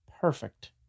Perfect